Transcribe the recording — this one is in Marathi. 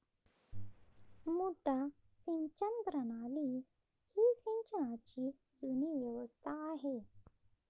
मुड्डा सिंचन प्रणाली ही सिंचनाची जुनी व्यवस्था आहे